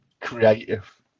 creative